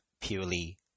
purely